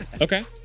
Okay